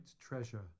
treasure